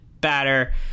batter